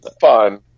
fun